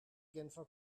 genfer